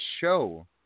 show